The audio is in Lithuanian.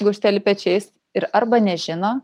gūžteli pečiais ir arba nežino